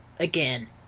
again